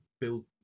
build